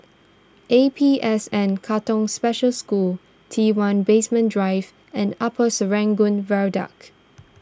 A P S N Katong Special School T one Basement Drive and Upper Serangoon Viaduct